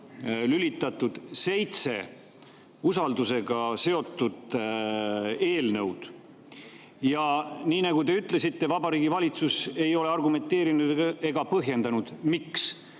lülitatud seitse usaldusega seotud eelnõu. Nii nagu te ütlesite, Vabariigi Valitsus ei ole argumenteerinud ega põhjendanud, miks.